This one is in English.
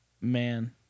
Man